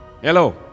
Hello